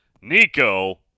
Nico